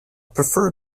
prefer